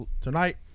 Tonight